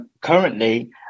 currently